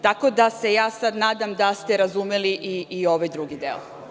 Tako da, ja se sada nadam da ste razumeli i ovaj drugi deo.